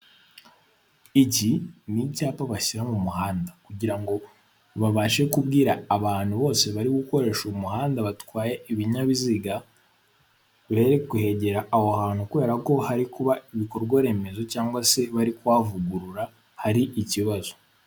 Iki ni icyapa bashyira mu muhanda kugira ngo babashe kubwira abantu bose bari gukoresha umuhanda batwaye ibinyabiziga, bere kuhegera aho hantu kubera ko hari kuba ibikorwa remezo cyanwgwa se bari kuhavugurura hari ikibazo.